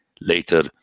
later